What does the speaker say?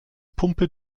pumpe